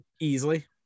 easily